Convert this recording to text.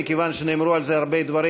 כיוון שנאמרו על זה הרבה דברים,